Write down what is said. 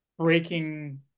breaking